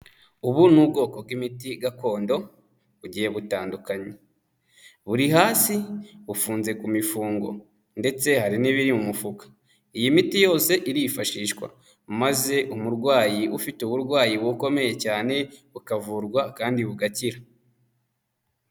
Ubu ni ubwoko bw'imiti gakondo bugiye butandukanye, buri hasi bufunze ku mifungo ndetse hari n'ibiri mu mufuka, iyi miti yose irifashishwa maze umurwayi ufite uburwayi bukomeye cyane bukavurwa kandi bugakira.